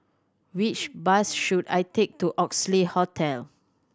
which bus should I take to Oxley Hotel